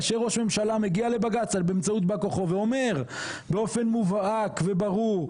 כאשר ראש ממשלה מגיע לבג"צ באמצעות בא כוחו ואומר באופן מובהק וברור,